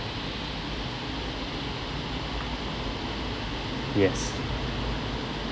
yes